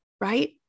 right